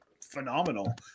phenomenal